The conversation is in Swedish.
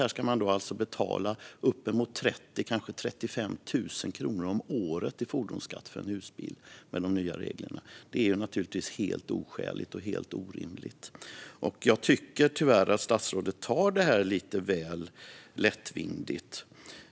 Här ska man alltså med de nya reglerna betala kanske uppemot 35 000 kronor om året i fordonsskatt för en husbil. Det är naturligtvis helt oskäligt och orimligt. Jag tycker tyvärr att statsrådet tar det här lite väl lättvindigt.